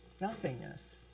nothingness